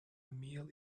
meal